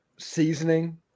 Seasoning